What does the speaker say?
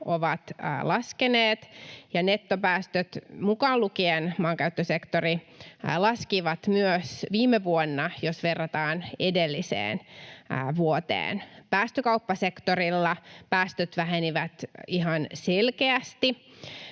ovat laskeneet ja nettopäästöt, mukaan lukien maankäyttösektori, laskivat myös viime vuonna, jos verrataan edelliseen vuoteen. Päästökauppasektorilla päästöt vähenivät ihan selkeästi,